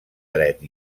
dret